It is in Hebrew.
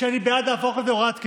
שאני בעד להפוך את זה להוראת קבע,